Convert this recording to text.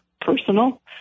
personal